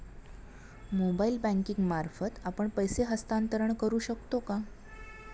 Mobile banking मार्फत आपण पैसे हस्तांतरण करू शकतो का?